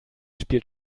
spielt